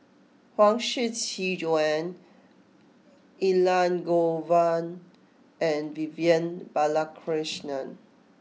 Huang Shiqi Joan Elangovan and Vivian Balakrishnan